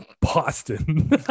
Boston